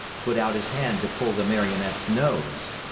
put out his hand to pull the marionette's nose.